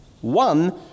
One